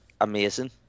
amazing